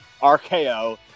RKO